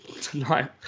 tonight